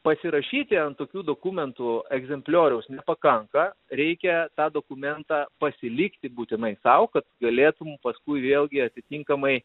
pasirašyti ant tokių dokumentų egzemplioriaus nepakanka reikia tą dokumentą pasilikti būtinai sau kad galėtum paskui vėlgi atitinkamai